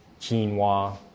quinoa